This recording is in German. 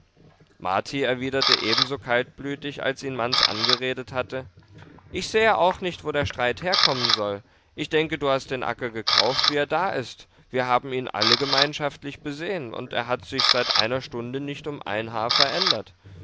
marti erwiderte ebenso kaltblütig als ihn manz angeredet hatte ich sehe auch nicht wo der streit herkommen soll ich denke du hast den acker gekauft wie er da ist wir haben ihn alle gemeinschaftlich besehen und er hat sich seit einer stunde nicht um ein haar verändert